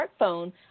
smartphone